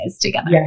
together